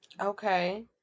Okay